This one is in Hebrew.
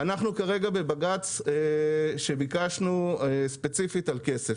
אנחנו כרגע בבג"ץ שביקשנו ספציפית בעניין כסף,